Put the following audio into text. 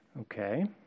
Okay